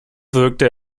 wirkte